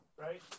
right